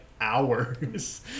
hours